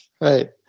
Right